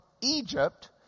Egypt